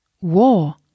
war